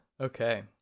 Okay